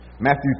Matthew